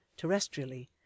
terrestrially